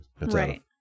Right